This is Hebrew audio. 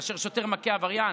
כאשר שוטר מכה עבריין.